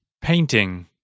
Painting